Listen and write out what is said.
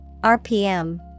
RPM